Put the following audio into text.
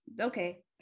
okay